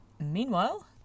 Meanwhile